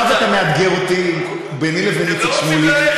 עכשיו אתה מאתגר אותי: ביני לבין איציק שמולי,